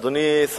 אדוני היושב-ראש,